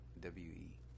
W-E